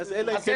כי זה שינויים.